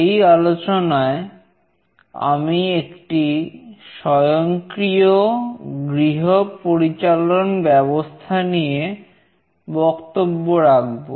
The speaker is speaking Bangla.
এই আলোচনায় আমি একটি স্বয়ংক্রিয় গৃহ পরিচালন ব্যবস্থা নিয়ে বক্তব্য রাখবো